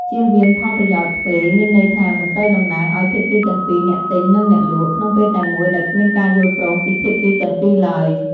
ជៀសវាងផលប្រយោជន៍ទ្វេរ មានន័យថា មិនត្រូវតំណាងឲ្យភាគីទាំងពីរ អ្នកទិញ និងអ្នកលក់ ក្នុងពេលតែមួយដោយគ្មានការយល់ព្រមពីភាគីទាំងពីរឡើយ។